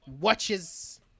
watches